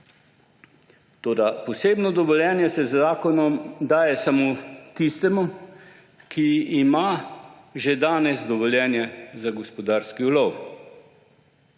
Toda posebno dovoljenje se z zakonom daje samo tistemu, ki ima že danes dovoljenje za gospodarski ulov.